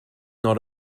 not